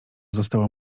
została